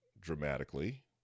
dramatically